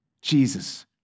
Jesus